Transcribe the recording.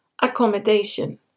Accommodation